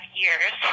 years